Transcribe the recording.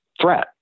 threat